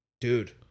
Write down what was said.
dude